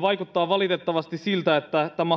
vaikuttaa valitettavasti siltä että tämä